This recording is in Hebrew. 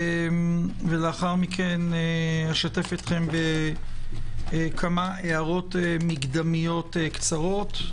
ולאחר מכן אשתף אתכם בכמה הערות מקדמיות קצרות,